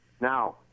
now